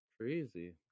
Crazy